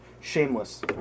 Shameless